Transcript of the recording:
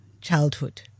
childhood